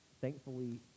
thankfully